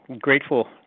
grateful